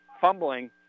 fumbling